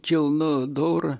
kilnu dora